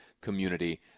community